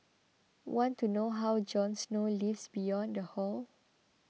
want to know how Jon Snow lives beyond the hall